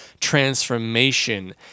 transformation